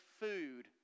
food